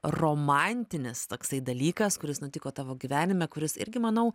romantinis toksai dalykas kuris nutiko tavo gyvenime kuris irgi manau